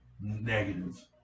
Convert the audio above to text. Negative